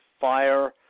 fire